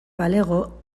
balego